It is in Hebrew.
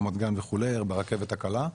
רמת גן וכולי ברכבת הקלה.